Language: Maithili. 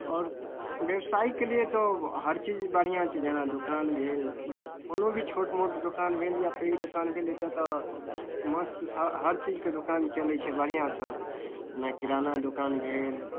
आओर व्यवसायके लिए तऽ हर चीज बढ़िआँ छै जेना दोकान भेल कोनो भी छोट मोट दोकान भेल या पैघ दोकान भेल एतय तऽ मस्त स हर चीजके दोकान चलै छै बढ़िआँसँ जेना किराना दोकान भेल